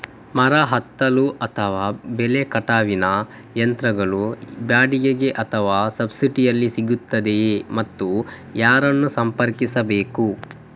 ಮರ ಹತ್ತಲು ಅಥವಾ ಬೆಲೆ ಕಟಾವಿನ ಯಂತ್ರಗಳು ಬಾಡಿಗೆಗೆ ಅಥವಾ ಸಬ್ಸಿಡಿಯಲ್ಲಿ ಸಿಗುತ್ತದೆಯೇ ಮತ್ತು ಯಾರನ್ನು ಸಂಪರ್ಕಿಸಬೇಕು?